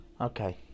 Okay